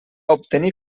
obtenir